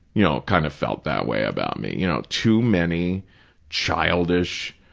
you know, kind of felt that way about me, you know, too many childish,